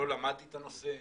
לא למדתי את הנושא,